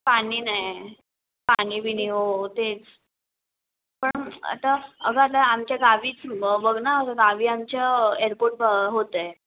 पाणी नाही आहे पाणी बीणी हो तेच पण आता अग आता आमच्या गावीचं बघ ना गावी आमच्या एअरपोर्ट होत आहे